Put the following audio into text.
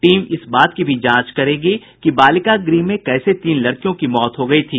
team इस बात की भी जांच करेगी कि बालिका गृह में कैसे तीन लड़कियों की मौत हो गयी थी